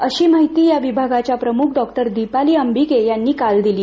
अशी माहीती या विभागाच्या प्रमुख डॉक्टर दिपाली अंबिके यांनी काल दिली